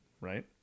right